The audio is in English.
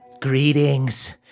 Greetings